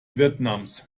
vietnams